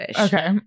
Okay